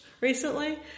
recently